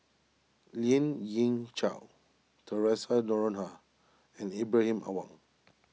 Lien Ying Chow theresa Noronha and Ibrahim Awang